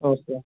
okay